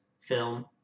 Film